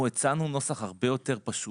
אנחנו הצענו נוסח הרבה יותר פשוט,